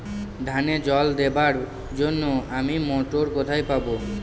ধানে জল দেবার জন্য আমি মটর কোথায় পাবো?